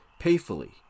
payfully